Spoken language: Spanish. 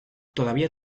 todavía